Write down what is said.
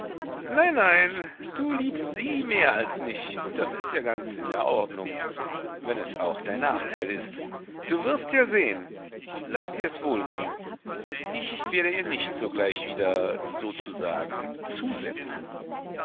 nein nein du liebst sie mehr als mich und das ist ja ganz in der ordnung wenn es auch dein nachteil ist du wirst ja sehen laß dirs wohl gehn ich werde ihr nicht sogleich wieder sozusagen zusetzen